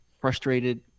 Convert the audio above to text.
frustrated